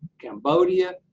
cambodia,